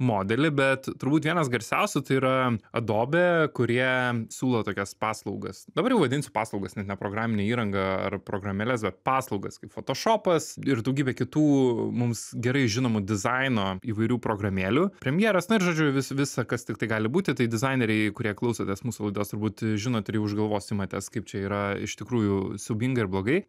modelį bet turbūt vienas garsiausių tai yra adobe kurie siūlo tokias paslaugas dabar jau vadinsiu paslaugas net ne programinę įrangą ar programėles bet paslaugas kaip fotošopas ir daugybė kitų mums gerai žinomų dizaino įvairių programėlių premjeras na ir žodžiu visa kas tiktai gali būti tai dizaineriai kurie klausotės mūsų laidos turbūt žinote ir jau už galvos imates kaip čia yra iš tikrųjų siaubinga ir blogai